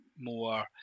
more